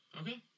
Okay